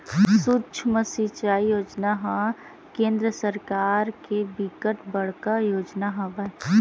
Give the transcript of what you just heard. सुक्ष्म सिचई योजना ह केंद्र सरकार के बिकट बड़का योजना हवय